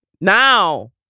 Now